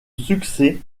succès